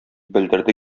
белдерде